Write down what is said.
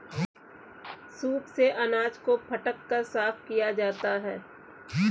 soup से अनाज को फटक कर साफ किया जाता है